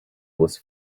was